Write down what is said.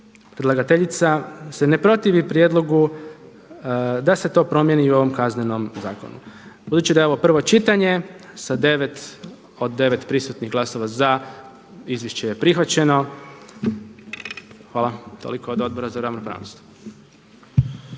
predlagateljica se ne protivi prijedlogu da se to promijeni i u ovom Kaznenom zakonu. Budući da je ovo prvo čitanje sa devet od devet prisutnih glasova za izvješće je prihvaćeno. Hvala. Toliko od Odbora za ravnopravnost.